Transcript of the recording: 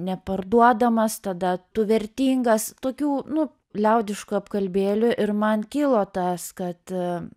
neparduodamas tada tu vertingas tokių nu liaudiškų apkalbėlių ir man kilo tas kad